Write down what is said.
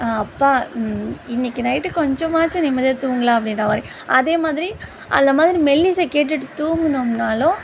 அப்பா இன் இன்றைக்கு நைட்டு கொஞ்சமாச்சும் நிம்மதியாக தூங்கலாம் அப்படின்றமாரி அதே மாதிரி அந்த மாதிரி மெல்லிசை கேட்டுட்டு தூங்குனோம்னாலும்